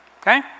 Okay